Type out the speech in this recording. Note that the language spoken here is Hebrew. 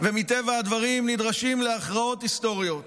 ומטבע הדברים נדרשים להכרעות היסטוריות.